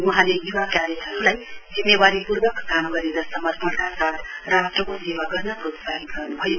वहाँले युवा क्याडेटहरूलाई जिम्मेवारीपूर्वक काम गरेर समपर्णका साथ राष्ट्रको सेवा गर्न प्रोत्साहित गर्नुभयो